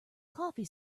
coffee